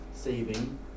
saving